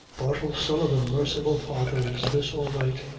bartle sullivan! merciful father, is this all right?